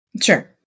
Sure